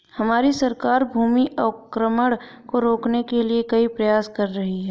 हमारी सरकार भूमि अवक्रमण को रोकने के लिए कई प्रयास कर रही है